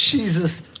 Jesus